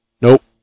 Nope